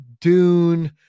Dune